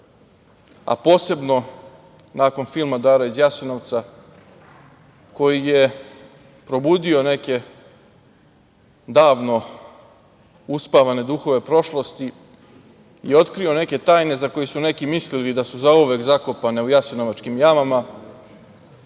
a posebno nakon filma "Dara iz Jasenovca", koji je probudio neke davno uspavane duhove prošlosti i otkrio neke tajne, za koje su neki mislili da su zauvek zakopane u jasenovačkim jamama,